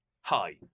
hi